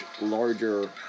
larger